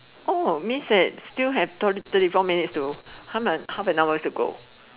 oh means that still have thirty four minutes to half and half an hour to go